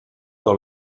dans